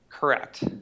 Correct